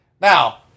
Now